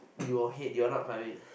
your head you are not coming